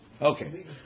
Okay